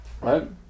Right